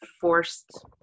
forced